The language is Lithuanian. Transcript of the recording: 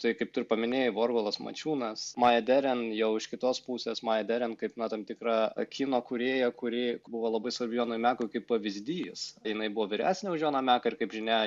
tai kaip tu ir paminėjai vorholas mačiūnas maya deren jau iš kitos pusės maya deren kaip na tam tikra kino kūrėja kuri buvo labai svarbi jonui mekui kaip pavyzdys jinai buvo vyresnė už joną meką ir kaip žinia